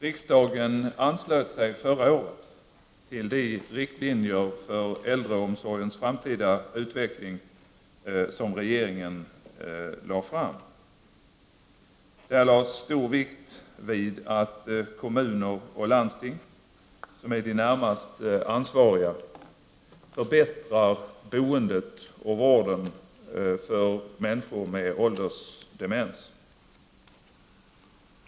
Riksdagen anslöt sig förra året till de riktlinjer för äldreomsorgens fortsatta utveckling som regeringen lagt fram. Där lades stor vikt vid att kommuner och landsting, som är de närmast ansvariga, förbättrar boendet och vården för människor med åldersdemens.